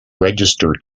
register